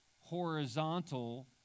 horizontal